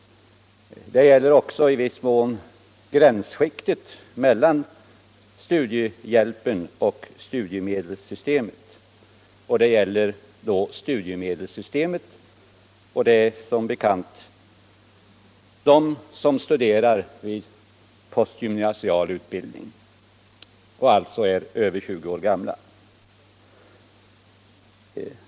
Det gäller också i viss mån gränsskiktet mellan studiehjälpen och studiemedelssystemet. Det gäller vidare studiemedelssystemet, vilket som bekant omfattar dem som studerar vid postgymnasial utbildning och är över 20 år gamla.